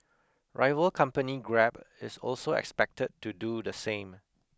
rival company Grab is also expected to do the same